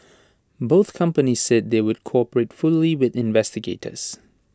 both companies said they would cooperate fully with investigators